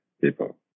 people